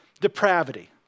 Depravity